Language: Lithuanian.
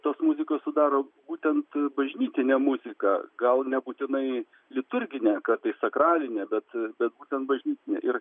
tos muzikos sudaro būtent bažnytinė muzika gal nebūtinai liturginė kartais sakralinė bet būtent bažnytinė ir